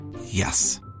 Yes